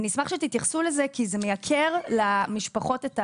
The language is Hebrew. אני אשמח שתתייחסו לזה כי זה מייקר למשפחות את העלות.